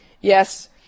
Yes